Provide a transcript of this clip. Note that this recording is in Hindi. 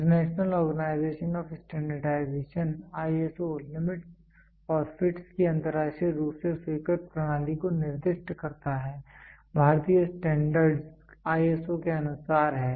international organisation of standardisation limits और फिटस् की अंतर्राष्ट्रीय रूप से स्वीकृत प्रणाली को निर्दिष्ट करता है भारतीय स्टैंडर्डस् ISO के अनुसार हैं